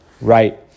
right